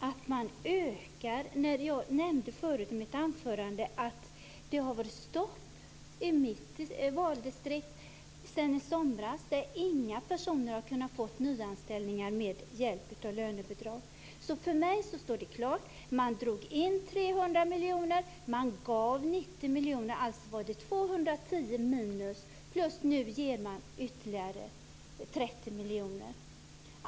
Fru talman! Jag förstår ändå inte detta med att man ökar. Tidigare i mitt anförande nämnde jag att det har varit stopp sedan i somras i mitt valdistrikt. Ingen har kunnat få nyanställning med hjälp av lönebidrag. För mig står det klart att man drog in 300 miljoner. Dessutom ger man nu ytterligare 30 miljoner.